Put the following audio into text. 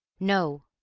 no,